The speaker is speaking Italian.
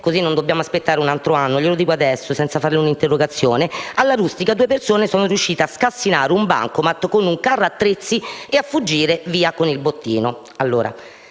per non dover aspettare un altro anno, senza fare un'interrogazione - a La Rustica due persone sono riuscite a scassinare un bancomat con un carro attrezzi e a fuggire via con il bottino.